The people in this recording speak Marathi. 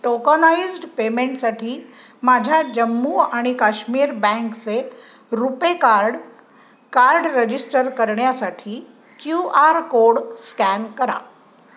टोकनाइज्ड पेमेंटसाठी माझ्या जम्मू आणि काश्मीर बँकचे रुपे कार्ड कार्ड रजिस्टर करण्यासाठी क्यू आर कोड स्कॅन करा